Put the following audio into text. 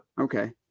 Okay